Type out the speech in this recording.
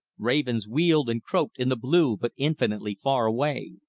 ravens wheeled and croaked in the blue, but infinitely far away.